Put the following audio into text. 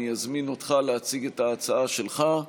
אני אזמין אותך להציג את ההצעה שלך,